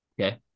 Okay